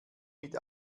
mit